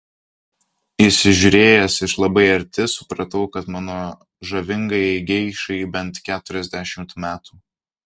įsižiūrėjęs iš labai arti supratau kad mano žavingajai geišai bent keturiasdešimt metų